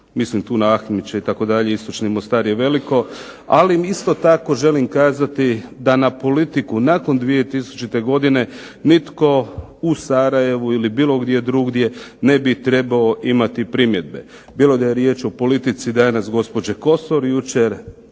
mislim tu na …/Ne razumije se./… itd., istočni Mostar je veliko, ali isto tako želim kazati da na politiku nakon 2000. godine nitko u Sarajevu ili bilo gdje drugdje ne bi trebao imati primjedbe, bilo da je riječ o politici danas gospođe Kosor, jučer